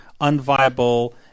unviable